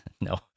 No